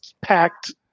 packed